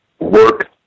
work